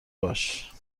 باش